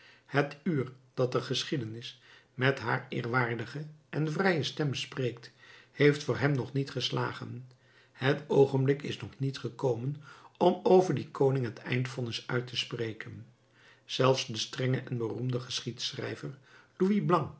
het uur dat de geschiedenis met haar eerwaardige en vrije stem spreekt heeft voor hem nog niet geslagen het oogenblik is nog niet gekomen om over dien koning het eindvonnis uit te spreken zelfs de strenge en beroemde geschiedschrijver louis